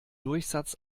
durchsatz